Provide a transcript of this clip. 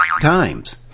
times